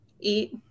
eat